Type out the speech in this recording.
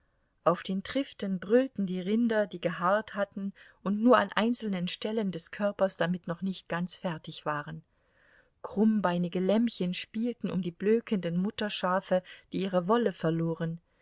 auf den triften brüllten die rinder die gehaart hatten und nur an einzelnen stellen des körpers damit noch nicht ganz fertig waren krummbeinige lämmchen spielten um die blökenden mutterschafe die ihre wolle verloren